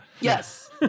Yes